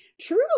true